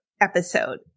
episode